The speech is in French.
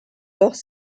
leurs